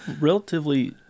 relatively